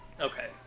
Okay